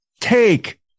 take